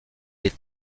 est